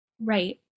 Right